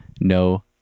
No